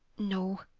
no,